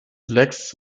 lex